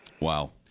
Wow